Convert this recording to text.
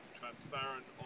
transparent